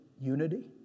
unity